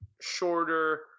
shorter